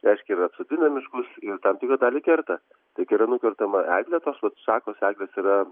reiškia ir atsodina miškus ir tam tikrą dalį kerta tai kai yra nukertama eglė tos vat šakos eglės yra